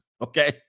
Okay